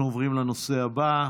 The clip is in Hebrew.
אנחנו עוברים לנושא הבא,